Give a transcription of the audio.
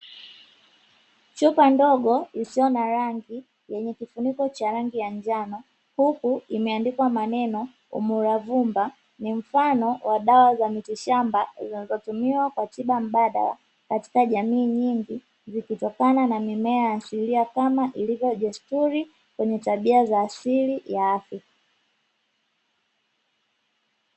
Chupa ndogo isiyo na rangi yenye kifuniko cha rangi ya njano. Huku imeadnikwa maneno "umulavumba" ni mfano wa dawa za miti shamba zinazotumiwa kwa tiba mbadala katika jamii nyingi, zikitokana na mimea ya asilia kama ilivyo desturi yenye tabia ya asili ya afya.